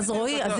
רועי,